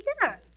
dinner